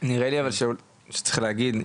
נראה לי אבל שצריך להגיד,